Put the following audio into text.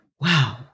wow